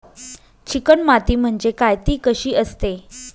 Chicken माती म्हणजे काय? ति कशी असते?